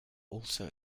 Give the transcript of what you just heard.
also